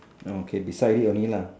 no okay beside it only lah